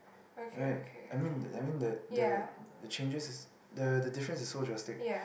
right I mean the I mean the the the changes the the difference is so drastic